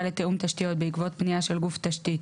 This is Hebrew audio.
לתיאום תשתיות בעקבות פנייה של גוף תשתית